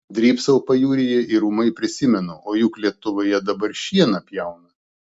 drybsau pajūryje ir ūmai prisimenu o juk lietuvoje dabar šieną pjauna